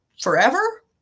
forever